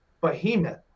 behemoth